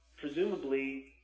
presumably